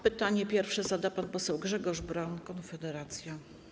Pytanie pierwsze zada pan poseł Grzegorz Braun, Konfederacja.